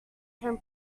can